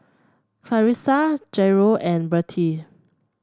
Clarisa Jairo and Bertie